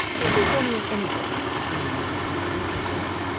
everybody and anybody has been in my confidence as yet,